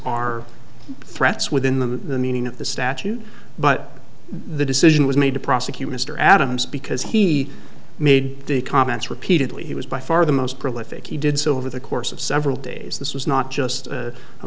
are threats within the meaning of the statute but the decision was made to prosecute mr adams because he made the comments repeatedly he was by far the most prolific he did so over the course of several days this was not just